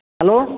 hello